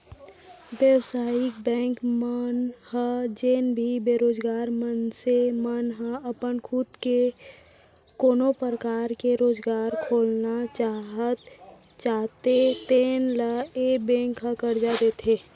बेवसायिक बेंक मन ह जेन भी बेरोजगार मनसे मन ह अपन खुद के कोनो परकार ले रोजगार खोलना चाहते तेन ल ए बेंक ह करजा देथे